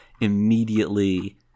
immediately